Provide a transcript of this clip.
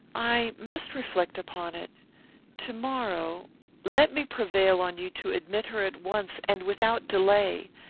i must reflect upon it to-morrow let me prevail on you to admit her at once, and without delay.